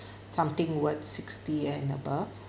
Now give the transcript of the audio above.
something worth sixty and above